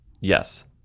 Yes